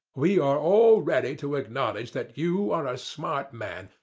we are all ready to acknowledge that you are a smart man,